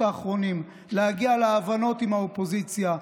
האחרונים להגיע להבנות עם האופוזיציה,